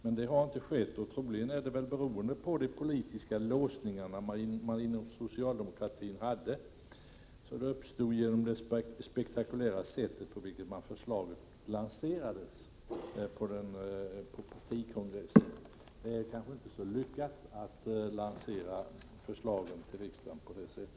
Men så har inte skett, troligen beroende på de politiska låsningar inom socialdemokratin som uppstod genom det spektakulära sätt på vilket förslaget lanserades vid partikongressen. Det är kanske inte så lyckat att lansera förslagen till riksdagen på det sättet.